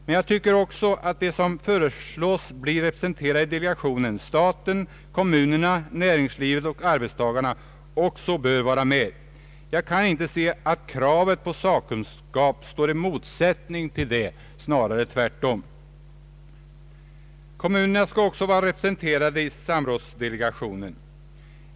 Men jag anser att de som föreslås bli representerade i delegationen — staten, kommunerna, näringslivet och arbetstagarna — också bör vara med. Jag kan inte se att kravet på sakkunskap står i motsättning härtill, snarare tvärtom. Kommunerna skall alltså vara representerade i samrådsdelegationen.